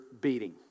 beating